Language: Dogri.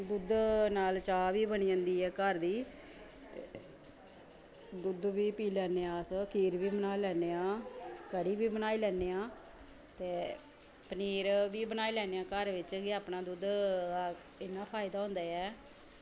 दुद्ध नाल चाह् बी बनी जंदी ऐ घर दी ते दुद्ध बी पीऽ लैन्ने आं अस खीर बी बनाई लैन्ने आं कढ़ी बी बनाई लैन्ने आं ते पनीर बी बनाई लैन्ने आं घर बिच अपना दुद्ध इ'न्ना फायदा होंदा ऐ